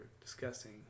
discussing